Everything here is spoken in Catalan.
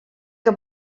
que